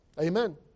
Amen